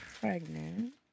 pregnant